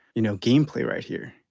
you know gameplay right here.